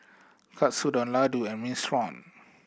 Katsudon Ladoo and Minestrone